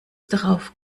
darauf